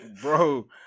Bro